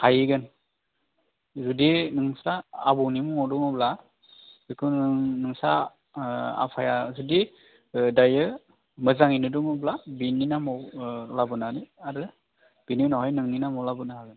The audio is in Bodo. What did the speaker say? हाहैगोन जुदि नोंसोरहा आबौनि मुङाव दङब्ला बेखौ नोंसोरहा आफाया जुदि दायो मोजाङैनो दङब्ला बेनि नामआव लाबोनानै आरो बेनि उनावहाय नोंनि नामआव लाबोनो हागोन